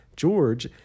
George